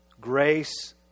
grace